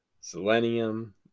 selenium